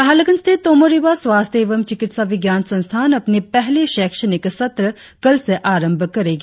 नाहरलगुन स्थित तोमो रिबा स्वास्थ्य एवं चिकित्सा विज्ञान संस्थान अपनी पहली शैक्षणिक सत्र कल से आरंभ करेगी